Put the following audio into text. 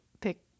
pick